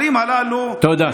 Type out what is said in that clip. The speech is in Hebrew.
הדברים הללו, תודה.